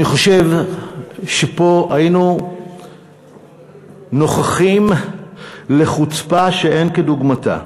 אני חושב שפה היינו נוכחים בחוצפה שאין כדוגמתה,